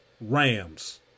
Rams